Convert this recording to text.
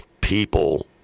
people